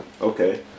Okay